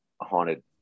haunted